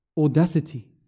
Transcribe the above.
audacity